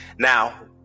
Now